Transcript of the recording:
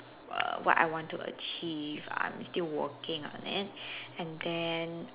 err what I want to achieve I'm still working on it and then